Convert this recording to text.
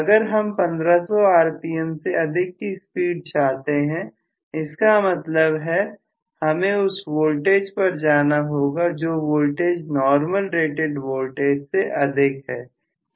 अगर हम 1500 rpm से अधिक की स्पीड चाहते हैं इसका मतलब है हमें उस वोल्टेज पर जाना होगा जो वोल्टेज नॉर्मल रेटेड वोल्टेज से अधिक है